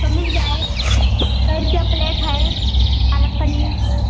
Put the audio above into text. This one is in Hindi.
तो मिल जाए कए रुपये प्लेट है पालक पनीर